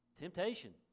Temptation